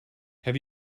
have